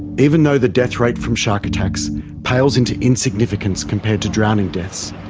even though the death rate from shark attacks pales into insignificance compared to drowning deaths,